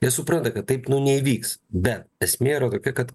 jie supranta kad taip neįvyks bet esmė yra tokia kad